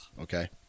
okay